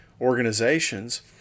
organizations